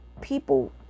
people